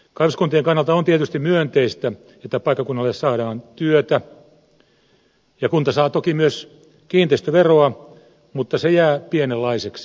kaivoskuntien kannalta on tietysti myönteistä että paikkakunnalle saadaan työtä ja kunta saa toki myös kiinteistöveroa mutta se jää pienenlaiseksi